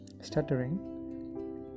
stuttering